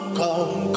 come